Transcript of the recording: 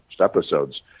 episodes